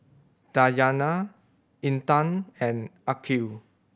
Dayana Intan and Aqil